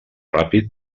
ràpid